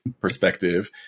perspective